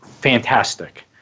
fantastic